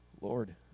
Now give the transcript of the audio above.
Lord